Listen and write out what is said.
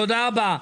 תודה רבה.